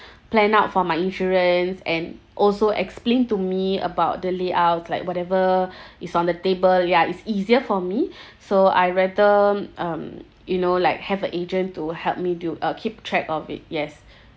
plan out for my insurance and also explain to me about the layout like whatever is on the table ya it's easier for me so I rather um you know like have a agent to help me do uh keep track of it yes